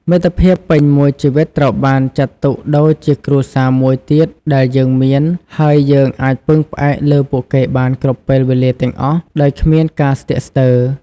មិត្តភាពពេញមួយជីវិតត្រូវបានចាត់ទុកដូចជាគ្រួសារមួយទៀតដែលយើងមាន ហើយយើងអាចពឹងផ្អែកលើពួកគេបានគ្រប់ពេលវេលាទាំងអស់ដោយគ្មានការស្ទាក់ស្ទើរ។